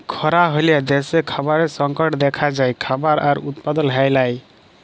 খরা হ্যলে দ্যাশে খাবারের সংকট দ্যাখা যায়, খাবার আর উৎপাদল হ্যয় লায়